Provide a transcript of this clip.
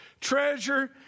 treasure